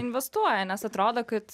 investuoja nes atrodo kad